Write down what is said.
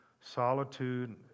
solitude